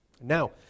Now